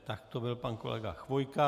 Tak to byl pan kolega Chvojka.